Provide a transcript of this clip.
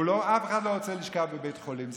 ואף אחד לא רוצה לשכב בבית חולים,